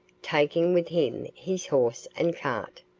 taking with him his horse and cart,